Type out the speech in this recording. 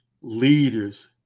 leaders